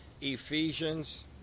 Ephesians